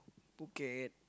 Phuket